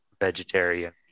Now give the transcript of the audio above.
vegetarian